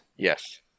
Yes